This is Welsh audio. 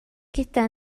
gyda